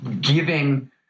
giving